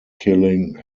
killing